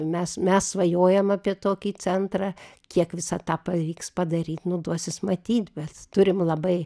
mes mes svajojam apie tokį centrą kiek visą tą pavyks padaryt nu duosis matyt bet turim labai